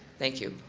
thank you.